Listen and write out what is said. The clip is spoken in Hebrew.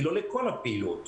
היא לא לכל הפעילות.